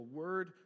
word